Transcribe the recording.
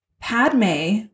Padme